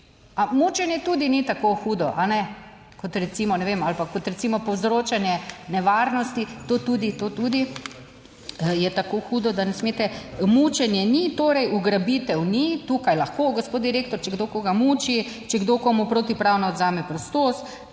Mučenje tudi ni tako hudo, a ne? Kot recimo, ne vem, ali pa kot recimo povzročanje nevarnosti, to tudi je tako hudo, da ne smete? Mučenje ni, torej ugrabitev ni. Tukaj lahko, gospod direktor, če kdo koga muči, če kdo komu protipravno odvzame prostost,